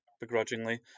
begrudgingly